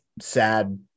sad